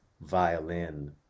violin